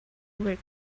work